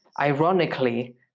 ironically